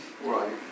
right